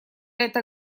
это